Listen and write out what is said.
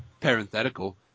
Parenthetical